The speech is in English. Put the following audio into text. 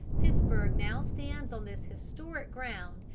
pittsburg now stands on this historic ground,